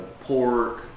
pork